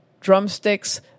drumsticks